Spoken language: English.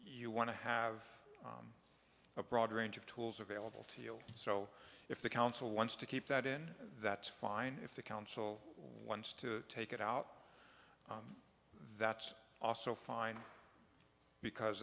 you want to have a broad range of tools available to you so if the council wants to keep that in that fine if the council ones to take it out that's also fine because